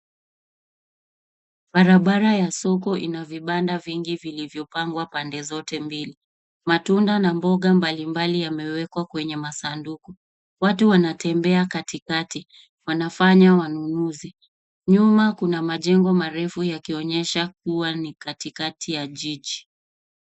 Barabara ya soko ina vibanda vingi vilivyopangwa pande zote mbili. Matunda na mboga mbalimbali yamewekwa kwenye masanduku. Watu wanatembea katikati. Wanafanya manunuzi. Nyuma kuna majengo marefu yakionyesha kuwa ni katikati ya jiji.